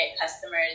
customers